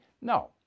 No